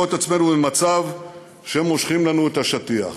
את עצמנו במצב שהם מושכים לנו את השטיח.